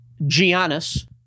Giannis